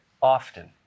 often